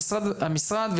המשרד,